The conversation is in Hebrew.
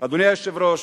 אדוני היושב-ראש,